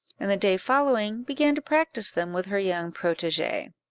and the day following began to practise them with her young protegee.